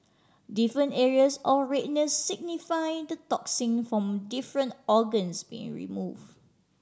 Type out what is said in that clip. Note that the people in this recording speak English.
different areas of redness signify the toxin from different organs being remove